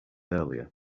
earlier